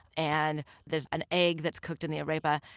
and there's an egg that's cooked in the arepa.